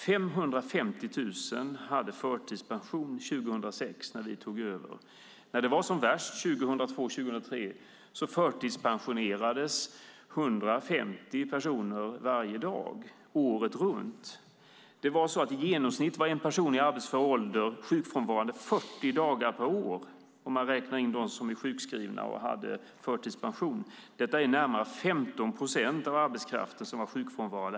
550 000 hade förtidspension 2006 när vi tog över. När det var som värst 2002-2003 förtidspensionerades 150 personer varje dag året runt. I genomsnitt var en person i arbetsför ålder sjukfrånvarande 40 dagar per år, om man räknar in dem som var sjukskrivna och hade förtidspension. Detta var närmare 15 procent av arbetskraften som var sjukfrånvarande.